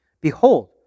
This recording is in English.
Behold